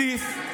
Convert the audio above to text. ומי הדליף?